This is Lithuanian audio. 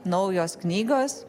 naujos knygos